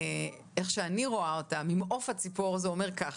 איך שאני רואה אותה ממעוף הציפור, זה אומר כך: